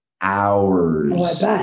hours